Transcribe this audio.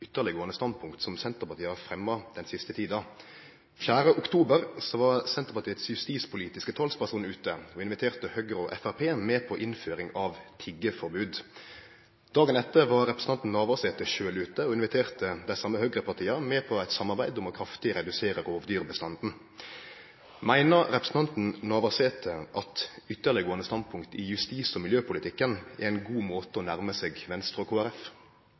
ytterleggåande standpunkt som Senterpartiet har fremja den siste tida. 4. oktober var Senterpartiet sin justispolitiske talsperson ute og inviterte Høgre og Framstegspartiet med på innføring av tiggeforbod. Dagen etter var representanten Navarsete sjølv ute og inviterte dei same høgrepartia med på eit samarbeid om kraftig å redusere rovdyrbestanden. Meiner representanten Navarsete at ytterleggåande standpunkt i justis- og miljøpolitikken er ein god måte å nærme seg Venstre og